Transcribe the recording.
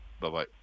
Bye-bye